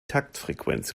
taktfrequenz